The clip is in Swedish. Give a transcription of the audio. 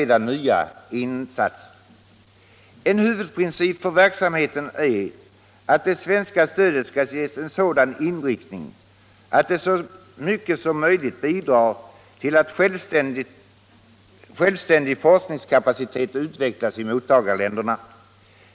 En huvudprincip för verksamheten är att det svenska stödet skall ges en sådan inriktning att det så mycket som möjligt bidrar till att självständig forskningskapacitet utvecklas i mottagarländerna.